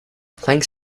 thanks